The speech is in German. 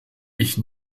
ich